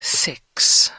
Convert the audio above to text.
six